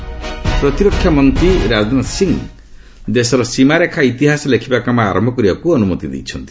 Rajnath border ପ୍ରତିରକ୍ଷା ମନ୍ତ୍ରୀ ରାଜନାଥ ସିଂହ ଦେଶର ସୀମାରେଖା ଇତିହାସ ଲେଖିବା କାମ ଆରମ୍ଭ କରିବାକୁ ଅନୁମତି ଦେଇଛନ୍ତି